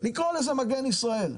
אני קורא לזה מגן ישראל.